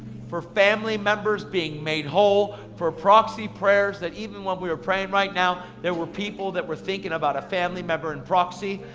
for family members being made whole, for proxy prayers that even when we were praying right now, there were people that were thinking about a family member in proxy.